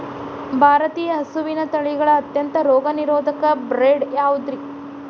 ಭಾರತೇಯ ಹಸುವಿನ ತಳಿಗಳ ಅತ್ಯಂತ ರೋಗನಿರೋಧಕ ಬ್ರೇಡ್ ಯಾವುದ್ರಿ?